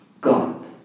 God